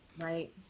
Right